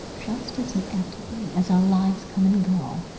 just as inevitably as our lives come and go,